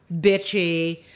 bitchy